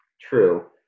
True